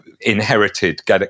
inherited